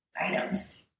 items